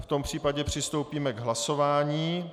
V tom případě přistoupíme k hlasování.